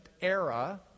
era